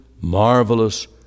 marvelous